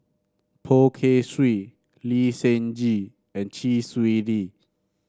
Poh Kay Swee Lee Seng Gee and Chee Swee Lee